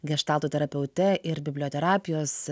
geštalto terapeute ir biblioterapijos